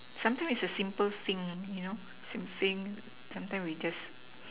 sometimes it's a simple thing you know simple sometimes we just